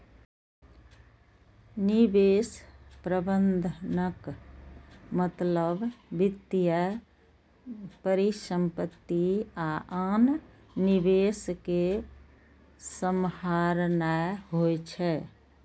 निवेश प्रबंधनक मतलब वित्तीय परिसंपत्ति आ आन निवेश कें सम्हारनाय होइ छै